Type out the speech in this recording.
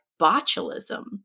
botulism